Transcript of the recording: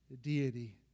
deity